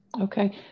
Okay